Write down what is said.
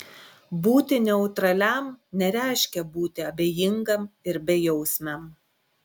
būti neutraliam nereiškia būti abejingam ir bejausmiam